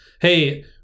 Hey